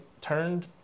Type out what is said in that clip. turned